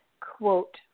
quote